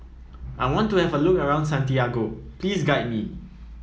I want to have a look around Santiago please guide me